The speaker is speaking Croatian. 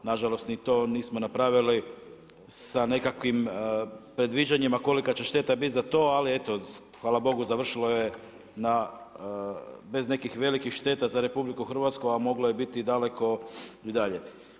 Nažalost, ni to nismo napravili sa nekakvim predviđanjima kolika će šteta biti za to eto, ali hvala bogu, završilo je bez nekih velikih šteta za RH a moglo je biti daleko dalje.